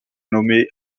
nommé